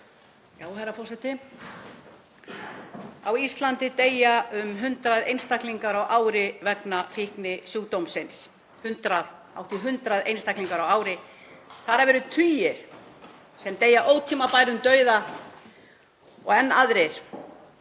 Herra forseti. Á Íslandi deyja um 100 einstaklingar á ári vegna fíknisjúkdómsins, hátt í 100 einstaklingar á ári. Þar af eru tugir sem deyja ótímabærum dauða og enn aðrir